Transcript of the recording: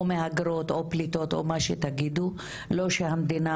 או מהגרות או פליטות או מה שתגידו לא שהמדינה